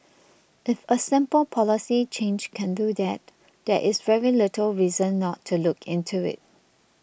if a simple policy change can do that there is very little reason not to look into it